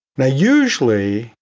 now usually,